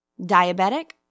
diabetic